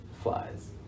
flies